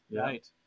Right